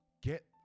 get